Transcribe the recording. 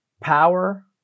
Power